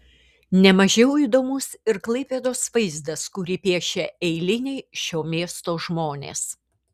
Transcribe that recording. ne mažiau įdomus ir klaipėdos vaizdas kurį piešia eiliniai šio miesto žmonės